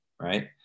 right